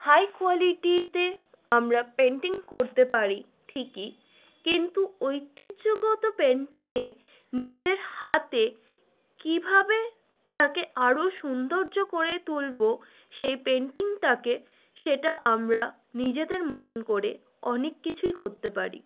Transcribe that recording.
high কোয়ালিটিতে আমরা painting করতে পারি ঠিকই কিন্তু ঐতিহ্যগত পেন্টিংয়ে নিজের হাতে কীভাবে তাকে আরও সৌন্দর্য করে তুলব সেই পেন্টিংটাকে সেটা আমরা নিজেদের মতন করে অনেক কিছুই করতে পারি